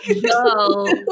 No